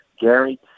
Gary